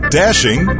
dashing